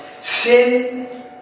sin